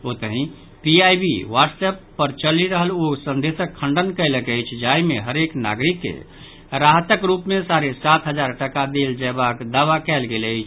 ओतहि PIB WhatsApp पर चलि रहल ओ संदेशक खंडन कयलक अछि जाहि मे हरेक नागरिक के राहतक रूप मे साढ़े सात हजार टका देल जयबाक दावा कयल गेल अछि